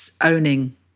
owning